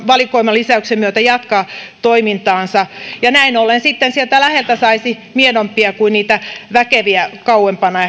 valikoimalisäyksen myötä jatkaa toimintaansa ja näin ollen sitten sieltä läheltä saisi miedompia ja niitä väkeviä ehkä kauempana